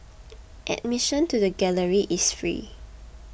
admission to the galleries is free